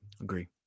agree